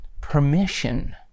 permission